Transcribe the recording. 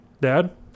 Dad